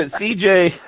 CJ